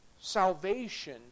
salvation